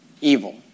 evil